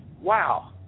wow